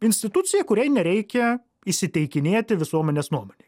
institucija kuriai nereikia įsiteikinėti visuomenės nuomonei